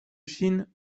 chine